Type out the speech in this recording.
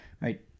right